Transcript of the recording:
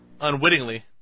unwittingly